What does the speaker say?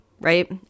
Right